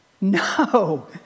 No